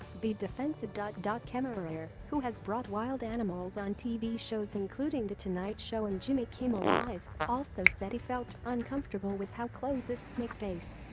be defensive. kemmerer who has brought wild animals on tv shows including the tonight show and jimmy kimmel live also said he felt uncomfortable with how close the snake's face